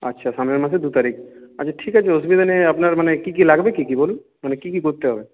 আচ্ছা সামনের মাসে দু তারিখ আচ্ছা ঠিক আছে অসুবিধা নেই আপনার মানে কী কী লাগবে কী কী বলুন মানে কী কী করতে হবে